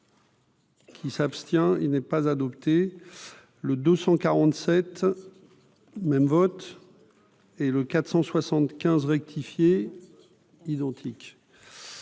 Qui s'abstient, il n'est pas adopté le 247 même vote et le 475. Identique.